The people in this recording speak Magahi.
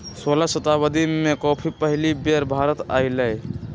सोलह शताब्दी में कॉफी पहिल बेर भारत आलय